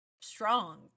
strong